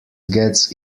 gets